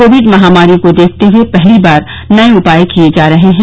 Covid महामारी को देखते हुए पहली बार नए उपाय किये जा रहे हैं